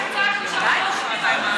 רק צעקתי שאנחנו לא שומעים,